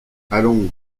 allons